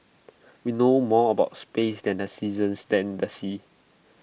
we know more about space than the seasons and the seas